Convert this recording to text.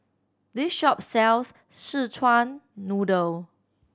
this shop sells Szechuan Noodle